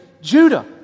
Judah